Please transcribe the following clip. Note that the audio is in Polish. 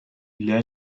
dla